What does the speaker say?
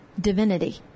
divinity